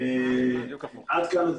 עד כאן.